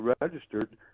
registered